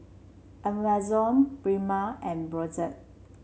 Amazon Prima and Brotzeit